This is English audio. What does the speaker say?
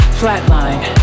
flatline